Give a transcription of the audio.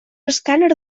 escàner